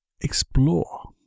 explore